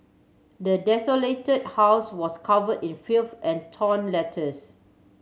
the desolated house was cover in filth and torn letters